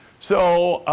so